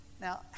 Now